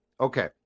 Okay